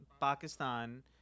Pakistan